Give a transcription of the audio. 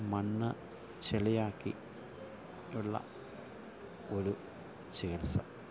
മണ്ണ് ചെളിയാക്കി ഉള്ള ഒരു ചികിത്സ